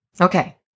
Okay